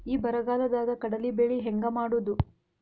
ಈ ಬರಗಾಲದಾಗ ಕಡಲಿ ಬೆಳಿ ಹೆಂಗ ಮಾಡೊದು?